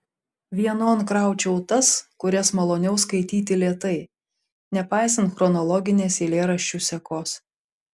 vienon kraučiau tas kurias maloniau skaityti lėtai nepaisant chronologinės eilėraščių sekos